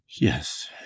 yes